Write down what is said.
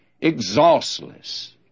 exhaustless